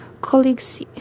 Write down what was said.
colleagues